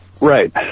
Right